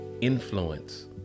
Influence